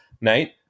night